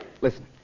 Listen